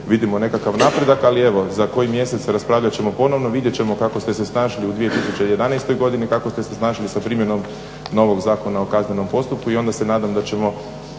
vidimo nekakav napredak ali evo za koji mjesec raspravljat ćemo ponovno, vidjet ćemo kako ste se snašli u 2011. godini, kako ste se snašli sa primjenom novog Zakona o kaznenom postupku i onda se nadam da ćemo